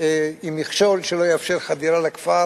עם מכשול שלא יאפשר חדירה לכפר.